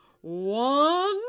One